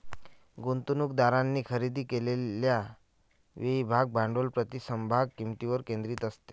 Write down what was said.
गुंतवणूकदारांनी खरेदी केलेल्या वेळी भाग भांडवल प्रति समभाग किंमतीवर केंद्रित असते